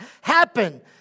happen